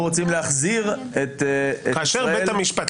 אנחנו רוצים להחזיר את ישראל --- כאשר בית המשפט,